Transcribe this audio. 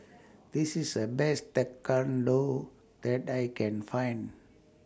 This IS The Best Tekkadon that I Can Find